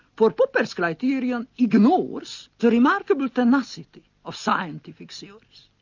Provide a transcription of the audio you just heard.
for popper's criterion ignores the remarkable tenacity of scientific so